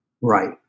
right